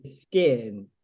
skin